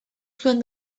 zuen